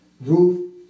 Ruth